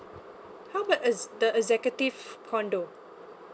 how about uh the executive condo